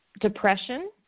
depression